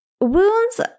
Wounds